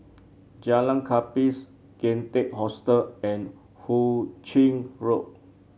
Jalan Gapis Kian Teck Hostel and Hu Ching Road